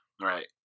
right